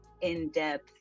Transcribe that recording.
in-depth